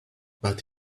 but